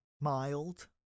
Mild